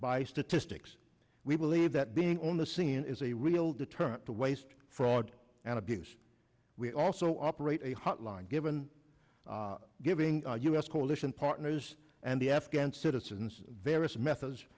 by statistics we believe that being on the scene is a real deterrent to waste fraud and abuse we also operate a hotline given giving us coalition partners and the afghan citizens various methods